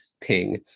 ping